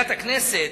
הכנסת,